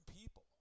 people